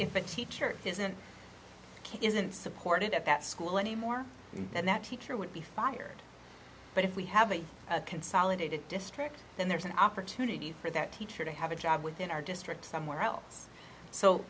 if a teacher isn't it isn't supported at that school anymore and that teacher would be fired but if we have a consolidated district then there's an opportunity for that teacher to have a job within our district somewhere else so